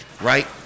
right